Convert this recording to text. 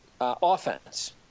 offense